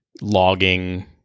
logging